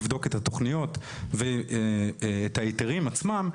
יבדוק את התוכניות ואת ההיתרים עצמם,